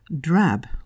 Drab